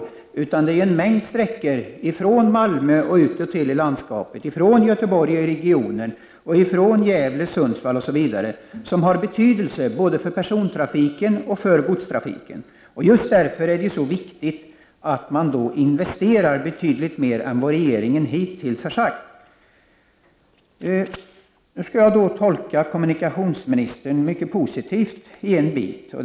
Det är fråga om en mängd sträckor från exempelvis Malmö ut i det omgivande landskapet, från Göteborg till den omgivande regionen samt från Gävle, Sundsvall osv. som har betydelse både för persontrafiken och för godstrafiken. Just därför är det så viktigt att man investerar betydligt mera än vad regeringen hittills har sagt. Jag skall tolka kommunikationsministern mycket positivt i ett avseende.